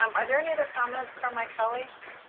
um are there any other comments from my colleagues?